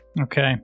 Okay